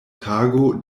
tago